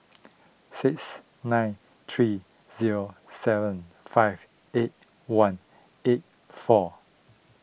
six nine three zero seven five eight one eight four